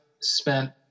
spent